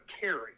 carry